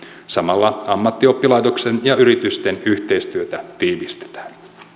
samalla ammattioppilaitoksen ja yritysten yhteistyötä tiivistetään